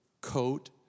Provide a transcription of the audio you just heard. coat